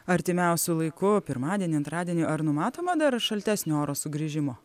artimiausiu laiku pirmadienį antradienį ar numatoma dar šaltesnio oro sugrįžimo